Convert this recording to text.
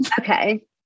okay